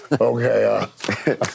Okay